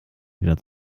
wieder